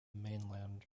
mainland